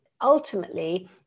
ultimately